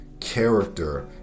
Character